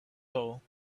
hole